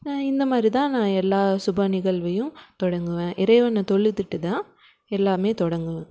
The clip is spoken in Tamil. இந்தமாதிரிதான் நான் எல்லா சுப நிகழ்வையும் தொடங்குவேன் இறைவனை தொழுதுவிட்டுதான் எல்லாமே தொடங்குவேன்